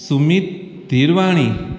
Sumit Dhirwani